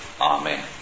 amen